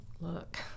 look